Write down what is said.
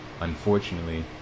Unfortunately